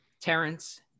Terrence